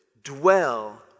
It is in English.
Dwell